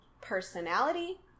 personality